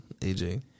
AJ